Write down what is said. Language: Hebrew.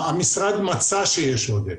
המשרד מצא שיש עודף.